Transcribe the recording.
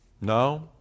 No